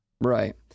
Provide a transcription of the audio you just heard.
Right